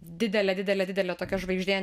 didelė didelė didelė tokia žvaigždė